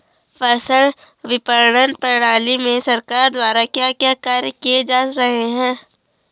फसल विपणन प्रणाली में सरकार द्वारा क्या क्या कार्य किए जा रहे हैं?